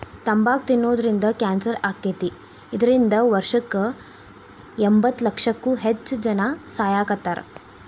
ತಂಬಾಕ್ ತಿನ್ನೋದ್ರಿಂದ ಕ್ಯಾನ್ಸರ್ ಆಕ್ಕೇತಿ, ಇದ್ರಿಂದ ವರ್ಷಕ್ಕ ಎಂಬತ್ತಲಕ್ಷಕ್ಕೂ ಹೆಚ್ಚ್ ಜನಾ ಸಾಯಾಕತ್ತಾರ